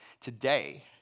today